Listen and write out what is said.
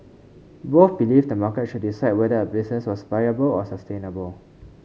both believed the market should decide whether a business was viable or sustainable